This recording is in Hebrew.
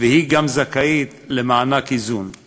אז אני מניח שיש לך דרכים לשכנע את שר האוצר כחלון בכל מה שאמרת.